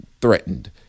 threatened